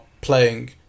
playing